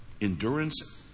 Endurance